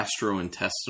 gastrointestinal